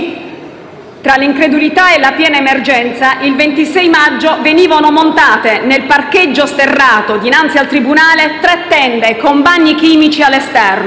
tra l'incredulità e la piena emergenza, il 26 maggio venivano montate nel parcheggio sterrato dinanzi al tribunale tre tende con bagni chimici all'esterno,